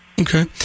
Okay